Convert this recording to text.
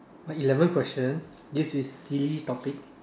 eleventh question this is silly topic